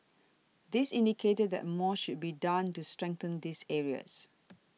this indicated that more should be done to strengthen these areas